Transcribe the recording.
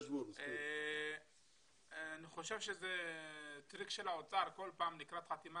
אני חושב שזה טריק של האוצר כל פעם לקראת חתימה